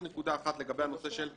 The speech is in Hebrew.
לגבי הנושא של השעות,